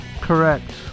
Correct